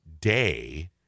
day